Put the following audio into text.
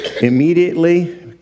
Immediately